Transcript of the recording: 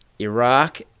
Iraq